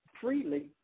freely